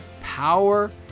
power